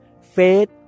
faith